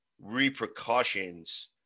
repercussions